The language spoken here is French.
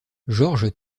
georges